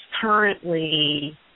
currently